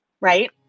right